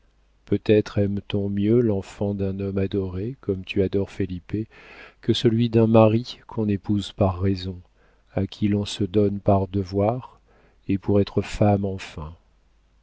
peut-être aime-t-on mieux l'enfant d'un homme adoré comme tu adores felipe que celui d'un mari qu'on épouse par raison à qui l'on se donne par devoir et pour être femme enfin